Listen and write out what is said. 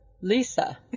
Lisa